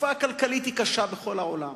התקופה הכלכלית קשה בכל העולם.